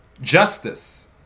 Justice